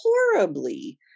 horribly